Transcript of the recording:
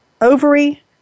ovary